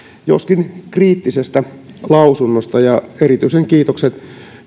joskin kriittisestä mietinnöstä ja erityisen kiitoksen